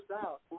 out